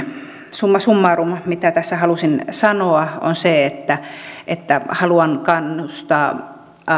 summa summarum mitä tässä halusin sanoa on se että että haluan kannustaa